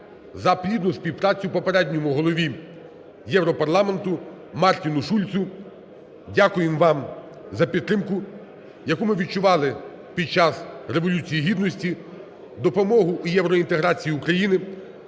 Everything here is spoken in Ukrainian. за плідну співпрацю попередньому Голові Європарламенту Мартіну Шульцу. Дякуємо вам за підтримку, яку ми відчували під час Революції гідності. Допомоги у євроінтеграції України,